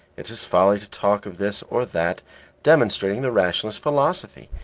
it is folly to talk of this or that demonstrating the rationalist philosophy.